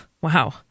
Wow